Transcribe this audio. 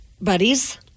buddies